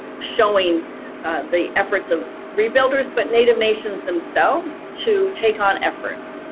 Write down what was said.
showing the efforts of rebuilders, but native nations themselves to take on efforts.